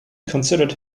considered